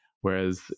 Whereas